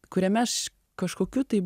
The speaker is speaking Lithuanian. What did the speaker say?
kuriame aš kažkokiu tai